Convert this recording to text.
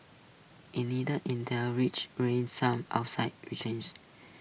indeed Intel's rich some outside rechange